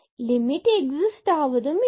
limit exist ஆவது இல்லை